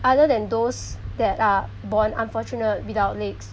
other than those that are born unfortunate without legs